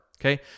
okay